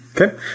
Okay